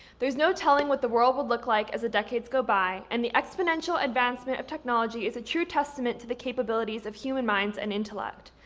there's no telling what the world will look like as the decades go by, and the exponential advancement of technology is a true testament to the capabilities of human minds and intellect.